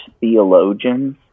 theologians